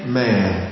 man